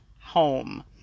home